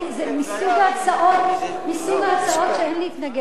זה מסוג ההצעות שאין להתנגד,